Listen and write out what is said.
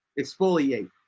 exfoliate